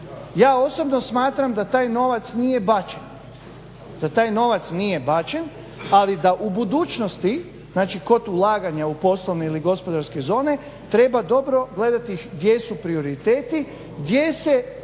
Ja osobno smatram da taj novac nije bačen ali da u budućnosti kod ulaganja u poslovne ili gospodarske zone treba dobro gledati gdje su prioriteti gdje se